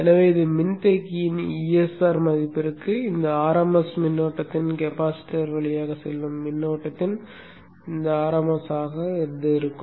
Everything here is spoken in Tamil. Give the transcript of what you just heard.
எனவே இது மின்தேக்கியின் ESR மதிப்பிற்குள் இந்த r m s மின்னோட்டத்தின் கெபாசிட்டர் வழியாக செல்லும் மின்னோட்டத்தின் r m s மதிப்பாக இருக்கும்